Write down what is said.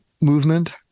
movement